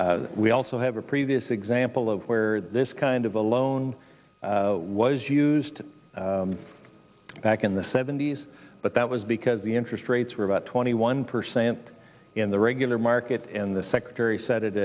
we also have a previous example of where this kind of a loan was used back in the seventy's but that was because the interest rates were about twenty one percent in the regular market and the secretary